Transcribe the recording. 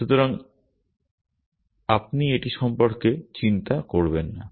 সুতরাং আপনি এটি সম্পর্কে চিন্তা করবেন না